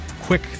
quick